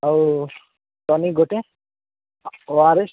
ଆଉ ଟୋନିକ୍ ଗୋଟେ O R S